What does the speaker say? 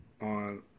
on